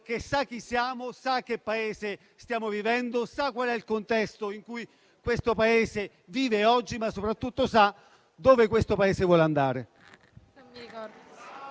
che sa chi siamo, sa che Paese stiamo vivendo, sa qual è il contesto in cui questo Paese vive oggi, ma soprattutto sa dove questo Paese vuole andare.